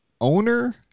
owner